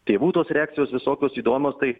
tėvų tos reakcijos visokios įdomios tai